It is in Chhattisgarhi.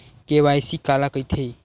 के.वाई.सी काला कइथे?